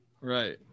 right